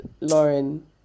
Lauren